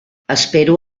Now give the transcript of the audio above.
espero